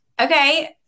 Okay